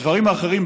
הדברים האחרים,